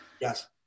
Yes